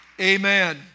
amen